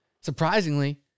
Surprisingly